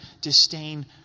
disdain